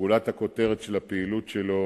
גולת הכותרת של הפעילות שלו